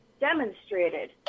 demonstrated